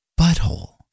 Butthole